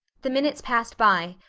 the minutes passed by,